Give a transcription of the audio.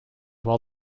while